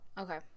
Okay